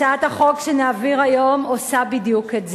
הצעת החוק שנעביר היום עושה בדיוק את זה.